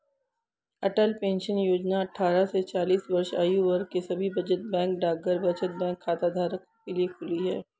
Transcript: अटल pension Yojana अट्ठारह से चालीस वर्ष आयु वर्ग के सभी बचत बैंक डाकघर बचत बैंक खाताधारकों के लिए खुली है